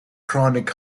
chronic